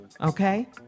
okay